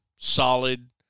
Solid